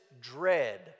dread